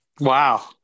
Wow